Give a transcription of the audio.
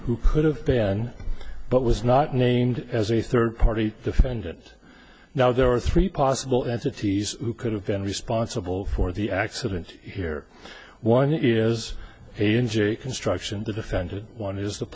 who could have been but was not named as a third party defendant now there are three possible entities who could have been responsible for the accident here one is a n j construction the defended one is the